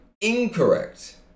incorrect